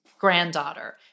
Granddaughter